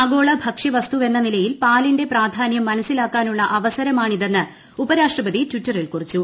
ആഗോള ഭക്ഷ്യവസ്തുവെന്ന നിലയിൽ പാലിന്റെ പ്ലാഗ്ഗ്ഗന്യം മനസ്സിലാക്കാനുള്ള അവസരമാണിതെന്ന് ഉപരാഷ്ട്രപതി ട്ടിറ്റ്മിൽ കുറിച്ചു